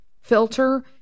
filter